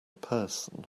person